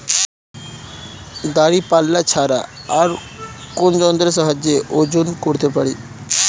দাঁড়িপাল্লা ছাড়া আর কোন যন্ত্রের সাহায্যে ওজন করতে পারি?